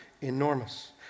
enormous